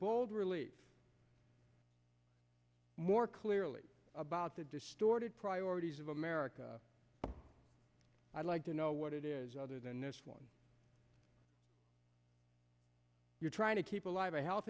bold relief more clearly about the distorted priorities of america i'd like to know what it is other than this one you're trying to keep alive a health